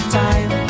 time